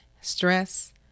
stress